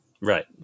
Right